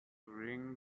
ring